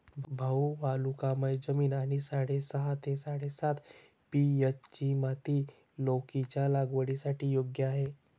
भाऊ वालुकामय जमीन आणि साडेसहा ते साडेसात पी.एच.ची माती लौकीच्या लागवडीसाठी योग्य आहे